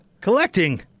Collecting